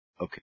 okay